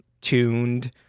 tuned